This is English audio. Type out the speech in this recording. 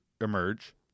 emerge